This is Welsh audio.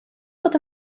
bod